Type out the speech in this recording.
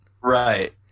Right